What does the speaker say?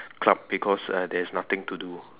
club because uh there's nothing to do